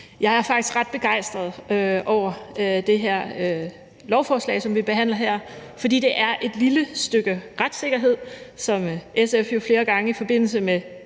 jeg er faktisk ret begejstret over det lovforslag, som vi behandler her, fordi det er et lille stykke retssikkerhed, som SF jo flere gange i forbindelse med